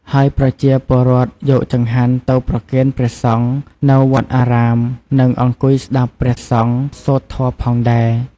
ហើយប្រជាពលរដ្ឋយកចង្ហាន់ទៅប្រគេនព្រះសង្ឃនៅវត្តអារាម និងអង្គុយស្តាប់ព្រះសង្ឃសូត្រធម៌ផងដែរ។